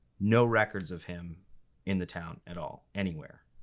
no records of him in the town at all, anywhere.